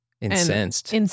Incensed